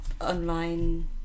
online